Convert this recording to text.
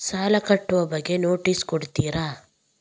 ಸಾಲ ಕಟ್ಟುವ ಬಗ್ಗೆ ನೋಟಿಸ್ ಕೊಡುತ್ತೀರ?